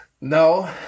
No